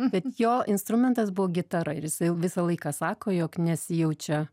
bet jo instrumentas buvo gitara ir jisai visą laiką sako jog nesijaučia